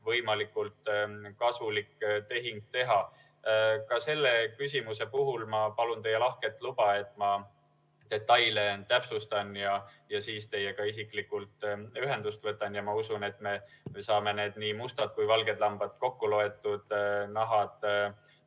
võimalikult kasulik tehing teha. Ka selle küsimuse puhul ma palun teie lahket luba, et ma täpsustan detaile ja võtan siis teiega isiklikult ühendust. Ma usun, et me saame nii mustad kui valged lambad kokku loetud, nahad